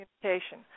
communication